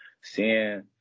seeing